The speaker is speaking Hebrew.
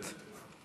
מוותרת,